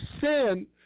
sin